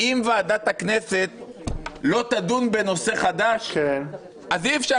אם ועדת הכנסת לא תדון בנושא חדש אז אי אפשר